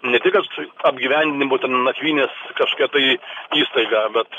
ne tik kad apgyvendinimo ten nakvynės kažkokia tai įstaiga bet